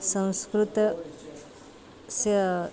संस्कृतस्य